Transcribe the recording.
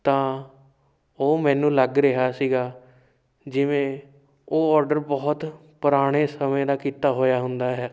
ਤਾਂ ਉਹ ਮੈਨੂੰ ਲੱਗ ਰਿਹਾ ਸੀਗਾ ਜਿਵੇਂ ਉਹ ਔਡਰ ਬਹੁਤ ਪੁਰਾਣੇ ਸਮੇਂ ਦਾ ਕੀਤਾ ਹੋਇਆ ਹੁੰਦਾ ਹੈ